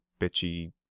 bitchy